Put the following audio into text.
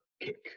kick